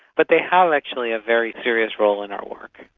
but they have actually a very serious role in our work.